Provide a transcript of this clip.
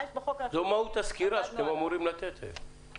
זאת מהות הסקירה שאתם אמורים לתת היום.